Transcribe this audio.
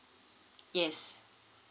yes